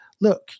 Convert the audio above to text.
look